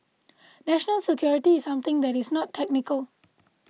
national security is something that is not technical